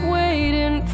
waiting